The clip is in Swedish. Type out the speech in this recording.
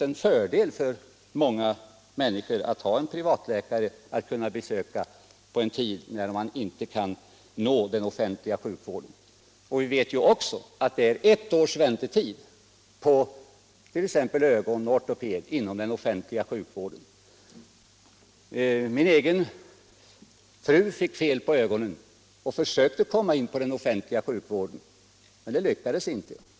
Det är för många människor en fördel att ha en privatläkare att besöka på tid då man inte kan nå den offentliga sjukvården. Likaså vet vi att det är ett års väntetid vid t.ex. ögon och ortopedavdelningarna inom den offentliga sjukvården. Min egen fru fick t.ex. fel på ögonen och försökte att komma in på den offentliga sjukvården, men det lyckades inte.